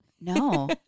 No